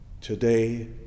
today